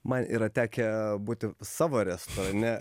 man yra tekę būti savo restorane